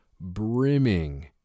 brimming